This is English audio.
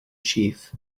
chief